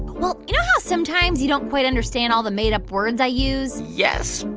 well, you know how sometimes you don't quite understand all the made-up words i use? yes,